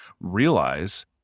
realize